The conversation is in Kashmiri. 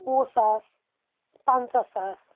وُہ ساس پنٛژاہ ساس